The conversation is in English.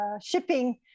shipping